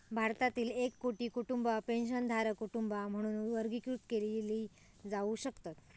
भारतातील एक कोटी कुटुंबा पेन्शनधारक कुटुंबा म्हणून वर्गीकृत केली जाऊ शकतत